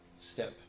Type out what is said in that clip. step